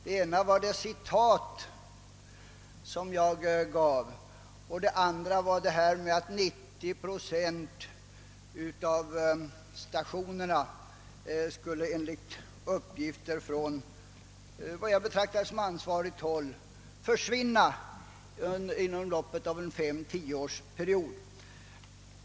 Den ena var det citat jag åberopade och det andra var att 90 procent av stationerna — enligt uppgifter från vad jag betraktar som ansvarigt håll — skulle försvinna inom loppet av en 5—10-årsperiod.